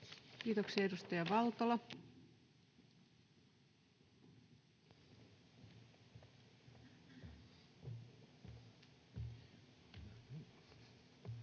Kiitoksia. — Edustaja Valtola. Arvoisa